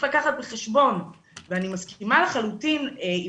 ואני מסכימה לחלוטין עם